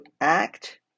act